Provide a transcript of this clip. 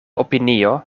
opinio